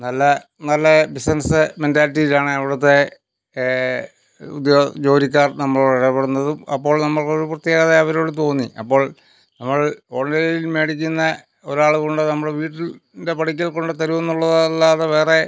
നല്ല നല്ല ബിസിനസ് മെൻറ്റാലിറ്റിയിലാണ് അവിടുത്തെ ജോ ജോലിക്കാർ നമ്മളോട് ഇടപെടുന്നതും അപ്പോൾ നമുക്കൊരു പ്രത്യേകത അവരോട് തോന്നി അപ്പോൾ നമ്മൾ ഓൺലൈനിൽ മേടിക്കുന്ന ഒരാൾ കൊണ്ട് നമ്മുടെ വീട്ടിൻ്റെ പടിക്കൽ കൊണ്ട് തരും എന്നുള്ളതല്ലാതെ വേറെ